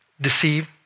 deceive